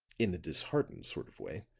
in a disheartened sort of way,